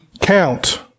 count